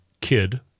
kid